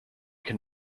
can